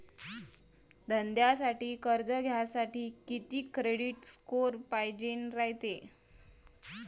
धंद्यासाठी कर्ज घ्यासाठी कितीक क्रेडिट स्कोर पायजेन रायते?